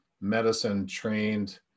medicine-trained